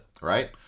right